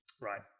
Right